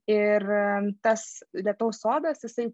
ir tas lietaus sodas jisai